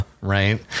right